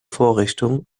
vorrichtung